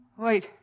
wait